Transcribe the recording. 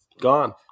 gone